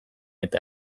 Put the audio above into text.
eta